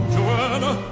Joanna